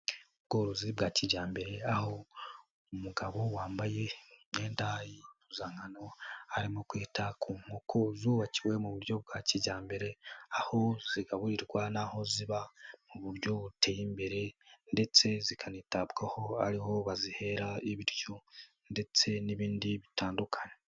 Ubworozi bwa kijyambere aho umugabo wambaye imyenda y'impuzankano arimo kwita ku nkoko zubakiwe mu buryo bwa kijyambere, aho zigaburirwa naho ziba mu buryo buteye imbere ndetse zikanitabwaho ariho bazihera ibiryo ndetse n'ibindi bitandukanye.